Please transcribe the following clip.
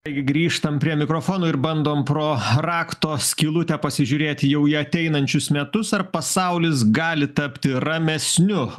taigi grįžtam prie mikrofono ir bandom pro rakto skylutę pasižiūrėt jau į ateinančius metus ar pasaulis gali tapti ramesniu